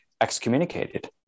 excommunicated